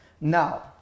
Now